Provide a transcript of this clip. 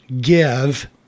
give